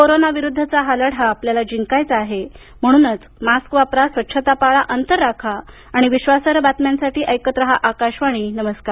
corona विरुद्धचा हा लढा आपल्याला जिंकायचा आहे म्हणूनच मास्क वापरा स्वच्छता पाळा अंतर राखा आणि विश्वासार्ह बातम्यांसाठी ऐकत रहा आकाशवाणी नमस्कार